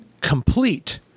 complete